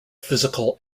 physical